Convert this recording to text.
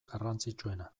garrantzitsuena